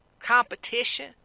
competition